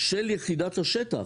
של יחידת השטח.